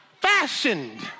fashioned